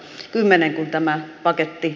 kymmenen kun tämä paketti